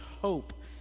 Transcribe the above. hope